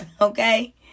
Okay